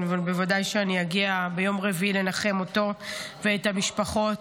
אבל ודאי שאני אגיע ביום רביעי לנחם אותו ואת המשפחות.